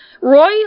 Roy